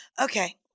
okay